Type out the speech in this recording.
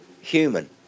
human